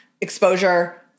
exposure